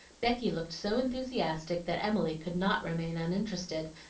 becky looked so enthusiastic that emily could not remain uninterested,